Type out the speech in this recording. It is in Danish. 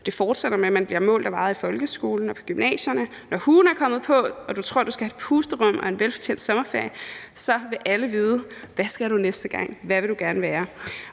Det fortsætter med, at man bliver målt og vejet i folkeskolen og på gymnasiet, og når huen er kommet på og du tror, at du skal have et pusterum og en velfortjent sommerferie, så vil alle vide: Hvad skal du næste gang? Hvad vil du gerne være?